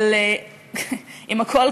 אבל אם אחרי הכול,